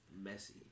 messy